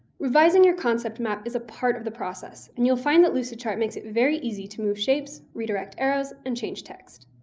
revising your concept map is a part of the process, and you'll find that lucidchart makes it very easy to move shapes, redirect arrows, and change text.